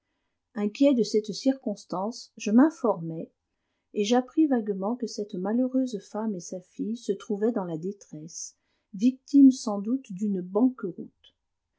inquiet de cette circonstance je m'informai et j'appris vaguement que cette malheureuse femme et sa fille se trouvaient dans la détresse victimes sans doute d'une